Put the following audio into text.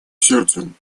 сердцем